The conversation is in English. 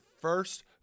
first